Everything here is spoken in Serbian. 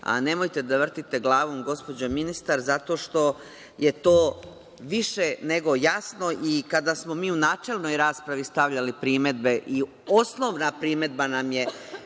bilo. Nemojte da vrtite glavom, gospođo ministar, zato što je to više nego jasno. Kada smo mi u načelnoj raspravi stavljali primedbe i osnovna primedba nam je